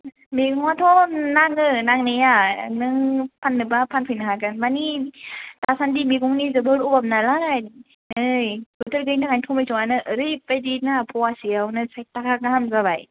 मैगंआथ' नाङो नांनाया नों फाननोबा फानफैनो हागोन माने दासान्दि मैगंनि जोबोर अभाब नालाय नै बोथोर गैयैनि थाखायनो टमेट'आनो ओरैबायदि ना फवासेआवनो साइथथाखा गाहाम जाबाय